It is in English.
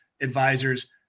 advisors